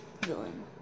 villain